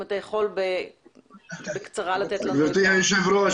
אם אתה יכול בקצרה --- גבירתי היו"ר,